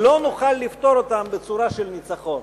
לא נוכל לפתור אותן בצורה של ניצחון.